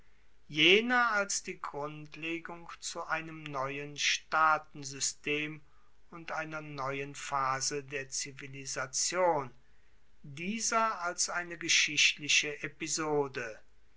jener als die grundlegung zu einem neuen staatensystem und einer neuen phase der zivilisation dieser als eine geschichtliche episode